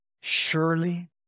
Surely